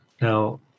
Now